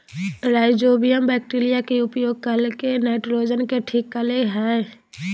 rhizobium bacteria के उपयोग करके नाइट्रोजन के ठीक करेय हइ